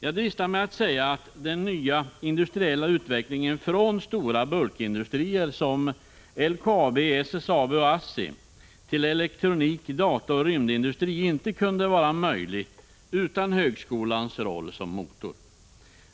Jag dristar mig att säga att den nya industriella utvecklingen från stora bulkindustrier som LKAB, SSAB och ASSI till elektronik-, dataoch rymdindustri inte skulle vara möjlig utan högskolans roll som motor.